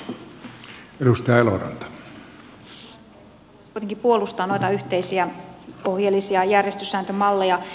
haluan kuitenkin puolustaa noita yhteisiä ohjeellisia järjestyssääntömalleja